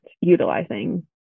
utilizing